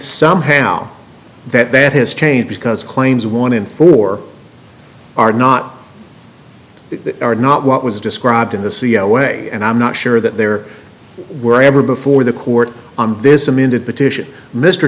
somehow that that has changed because claims one in four are not that are not what was described in the c l way and i'm not sure that there were ever before the court on this amended petition mr